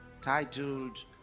titled